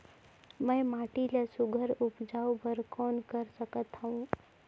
मैं माटी मा सुघ्घर उपजाऊ बर कौन कर सकत हवो?